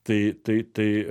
tai tai tai